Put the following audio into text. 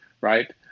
right